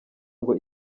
ngo